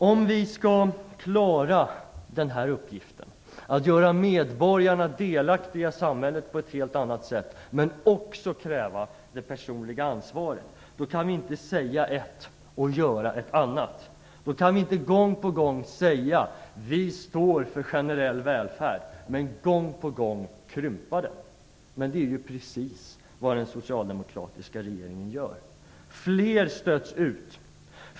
Om vi skall klara uppgiften att göra medborgarna delaktiga i samhället på ett helt annat sätt men också kräva det personliga ansvaret kan vi inte säga ett och göra ett annat. Då kan vi inte gång på gång säga: Vi står för generell välfärd; och gång på gång krympa den. Men det är precis vad den socialdemokratiska regeringen gör. Fler stöts ut.